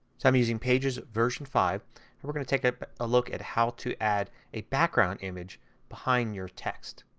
so i'm using pages version five and we're going to take ah a look at how to add a background image behind your text.